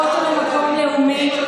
הכותל הוא מקום לאומי,